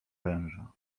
węża